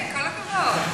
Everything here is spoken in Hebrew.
כל הכבוד.